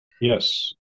yes